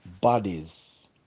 bodies